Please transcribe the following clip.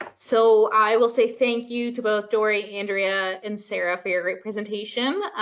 so i will say thank you to both dorie, andrea and sarah for your presentation.